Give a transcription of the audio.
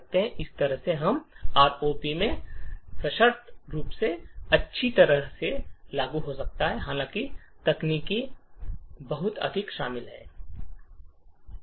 इसी तरह से हम आरओपी में सशर्त रूप से अच्छी तरह से लागू हो सकते हैं हालांकि तकनीकें बहुत अधिक शामिल हैं